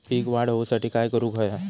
पीक वाढ होऊसाठी काय करूक हव्या?